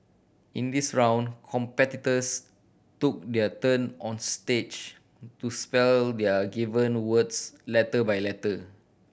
in this round competitors took their turn on stage to spell their given words letter by letter